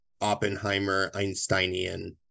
Oppenheimer-Einsteinian